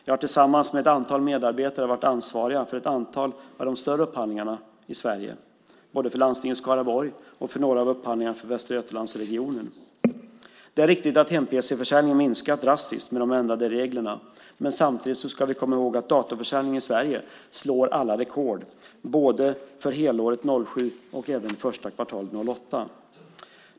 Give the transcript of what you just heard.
Jag har tillsammans med ett antal medarbetare varit ansvarig för flera av de större upphandlingarna i Sverige, för Landstinget Skaraborg och några av upphandlingarna för Västra Götalandsregionen. Det är riktigt att hem-pc-försäljningen har minskat drastiskt med de ändrade reglerna, men samtidigt slår datorförsäljningen i Sverige alla rekord för både helåret 2007 och första kvartalet 2008.